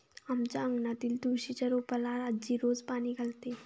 आमच्या अंगणातील तुळशीच्या रोपाला आजी रोज पाणी घालते